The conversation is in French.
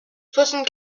soixante